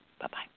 Bye-bye